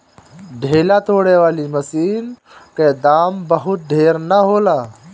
ढेला तोड़े वाली मशीन क दाम बहुत ढेर ना होला